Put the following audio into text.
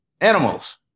animals